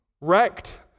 wrecked